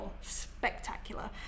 spectacular